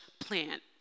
plant